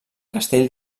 castell